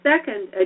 Second